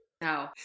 No